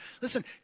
Listen